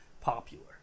popular